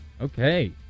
Okay